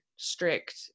strict